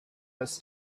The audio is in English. was